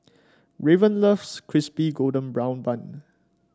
Raven loves Crispy Golden Brown Bun